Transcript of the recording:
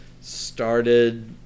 started